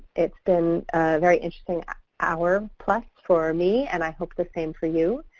it's been a very interesting hour plus for me, and i hope the same for you.